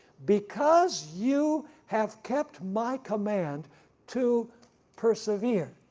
because you have kept my command to persevere,